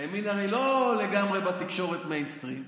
הימין הרי לא לגמרי בתקשורת מיינסטרים,